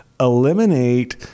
Eliminate